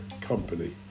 company